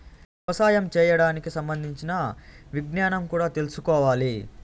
యవసాయం చేయడానికి సంబంధించిన విజ్ఞానం కూడా తెల్సుకోవాలి